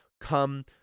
come